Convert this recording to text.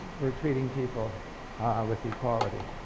we're treating people with equality.